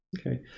okay